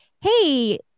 hey